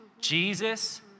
Jesus